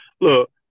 look